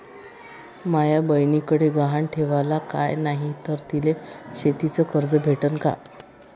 माया बयनीकडे गहान ठेवाला काय नाही तर तिले शेतीच कर्ज भेटन का?